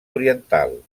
oriental